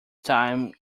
time